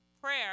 prayer